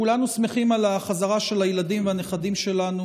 כולנו שמחים על החזרה של הילדים והנכדים שלנו